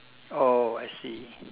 oh I see